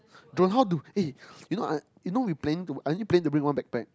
drone how to eh you know I you know we planning to I only plan to bring one backpack